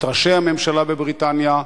את ראשי הממשלה בבריטניה,